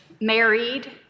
married